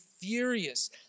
furious